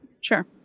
Sure